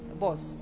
boss